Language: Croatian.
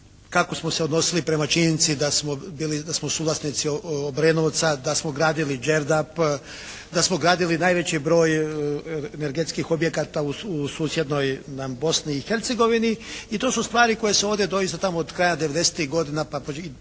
kako smo se odnosili prema činjenici da smo bili, da smo suvlasnici "Brenovca", da smo gradili Đerdap, da smo gradili najveći broj energetskih objekata u susjednoj nam Bosni i Hercegovini. I to su stvari koje se ovdje doista od kraja '90.-ih godina pa početkom